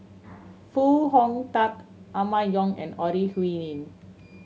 Foo Hong Tatt Emma Yong and Ore Huiying